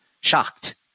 shocked